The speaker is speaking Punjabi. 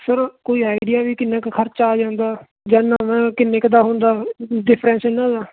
ਸਰ ਕੋਈ ਆਈਡਿਆ ਵੀ ਕਿੰਨਾ ਕੁ ਖ਼ਰਚਾ ਆ ਜਾਂਦਾ ਜਾਂ ਨਵਾਂ ਕਿੰਨੇ ਕੁ ਦਾ ਹੁੰਦਾ ਡਿਫਰੈਂਸ ਇਨ੍ਹਾਂ ਦਾ